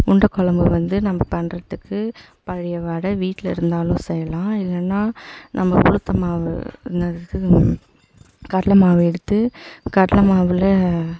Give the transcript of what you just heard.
உருண்டக் கொழம்பு வந்து நம்ம பண்ணுறத்துக்கு பழைய வடை வீட்டில் இருந்தாலும் செய்யலாம் இல்லைன்னா நம்ம உளுத்தம் மாவு இந்த இது கடலை மாவு எடுத்து கடலை மாவில்